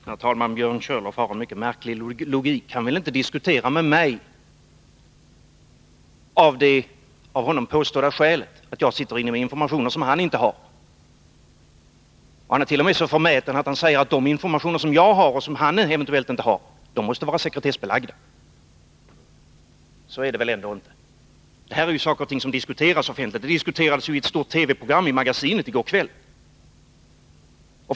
Herr talman! Björn Körlof har en mycket märklig logik. Han vill inte diskutera med mig av det av honom påstådda skälet att jag sitter inne med information som han inte har. Han ärt.o.m. så förmäten att han säger att de informationer som jag har och som han eventuellt inte har måste vara sekretessbelagda. Så är det väl ändå inte. Det här är frågor som diskuteras offentligt. De diskuterades i ett stort TV-program i Magasinet i går kväll.